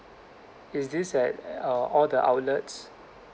is this at uh all the outlets